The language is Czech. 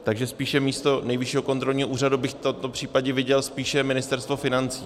Takže spíš místo Nejvyššího kontrolního úřadu bych to v tomhle případě viděl spíše Ministerstvo financí.